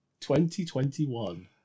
2021